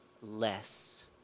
less